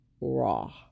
raw